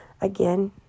Again